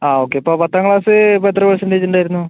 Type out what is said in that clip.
ആ ഓക്കേ ഇപ്പോൾ പത്താം ക്ലാസ് ഇപ്പം എത്ര പെർസെന്റേജ് ഉണ്ടായിരുന്നു